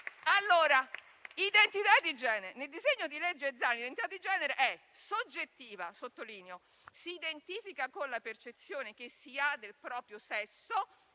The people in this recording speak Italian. laico. Nel disegno di legge Zan l'identità di genere è soggettiva - lo sottolineo -, si identifica con la percezione che si ha del proprio sesso;